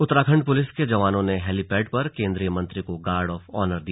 Uttarakhand police के जवानों ने हेलीपैड पर केंद्रीय मंत्री को गार्ड ऑफ आनर दिया